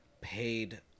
paid